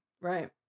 right